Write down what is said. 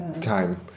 time